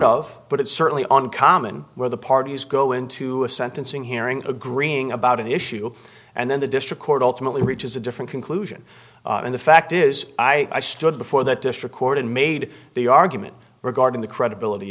of but it's certainly on common where the parties go into a sentencing hearing agreeing about an issue and then the district court ultimately reaches a different conclusion and the fact is i stood before that district court and made the argument regarding the credibility